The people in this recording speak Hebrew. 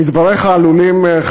מדבריך עלולים,